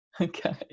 Okay